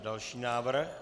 Další návrh?